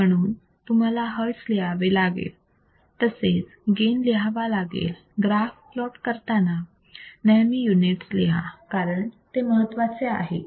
म्हणून तुम्हाला hertz लिहावे लागेल तसेच गेन लिहावा लागेल ग्राफ प्लॉट करताना नेहमी युनिट्स लिहा कारण ते महत्वाचे आहे